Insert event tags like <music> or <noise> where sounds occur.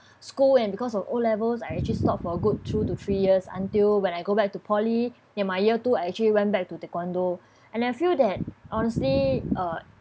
school and because of O levels I actually stop for a good two to three years until when I go back to poly in my year two I actually went back to taekwondo <breath> and I feel that honestly uh